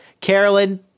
Carolyn